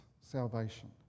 salvation